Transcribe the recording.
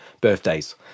birthdays